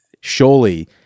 surely